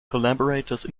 collaborators